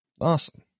Awesome